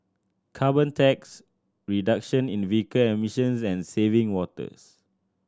carbon tax reduction in vehicle emissions and saving waters